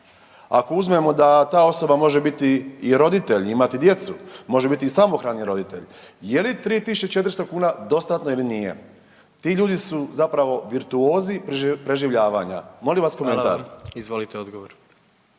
ako uzmemo da ta osoba može biti i roditelj i imati djecu, može biti i samohrani roditelj. Je li 3400 kuna dostatno ili nije? Ti ljudi su zapravo virtuozi preživljavanja. Molim vas komentar. **Jandroković,